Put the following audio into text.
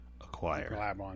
acquire